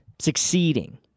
succeeding